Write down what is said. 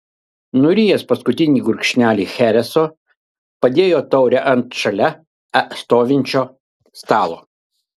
nurijęs paskutinį gurkšnelį chereso padėjo taurę ant šalia stovinčio stalo